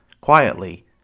quietly